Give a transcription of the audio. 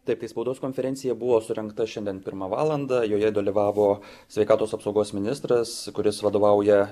taip tai spaudos konferencija buvo surengta šiandien pirmą valandą joje dalyvavo sveikatos apsaugos ministras kuris vadovauja